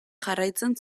jarraitzen